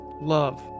love